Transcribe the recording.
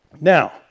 Now